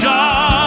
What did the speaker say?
God